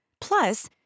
Plus